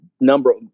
number